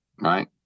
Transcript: right